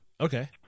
Okay